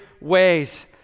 ways